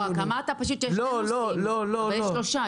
אמרת שיש שני נושאים רגישים אבל יש שלושה,